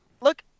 Look